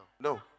no